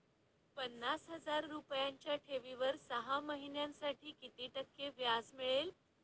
पन्नास हजार रुपयांच्या ठेवीवर सहा महिन्यांसाठी किती टक्के व्याज मिळेल?